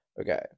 Okay